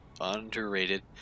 underrated